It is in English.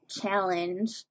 challenge